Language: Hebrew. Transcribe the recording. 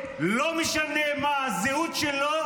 לא משנה מה הזהות שלו,